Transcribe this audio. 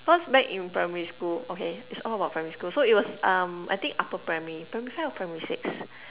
cause back in primary school okay it's all about primary school so it was um I think upper primary primary five or primary six